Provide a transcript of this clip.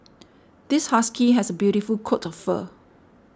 this husky has a beautiful coat of fur